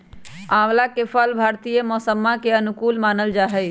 आंवला के फल भारतीय मौसम्मा के अनुकूल मानल जाहई